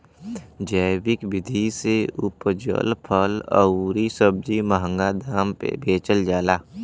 जैविक विधि से उपजल फल अउरी सब्जी महंगा दाम पे बेचल जाला